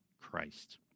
Christ